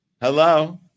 Hello